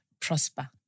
prosper